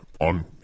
on